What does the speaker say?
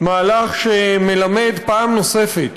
מהלך שמלמד פעם נוספת